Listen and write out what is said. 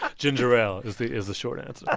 ah ginger ale is the is the short answer yeah